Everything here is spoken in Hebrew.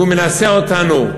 והוא מנסה אותנו.